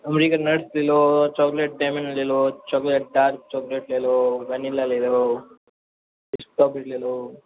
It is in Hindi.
अमरिकन नट्स ले लो चॉकलेट डयमंड ले लो चॉकलेट डार्क चॉकलेट ले लो वनीला ले लो स्ट्रॉबेरी ले लो